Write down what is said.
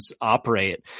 operate